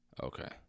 Okay